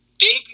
big